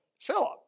Philip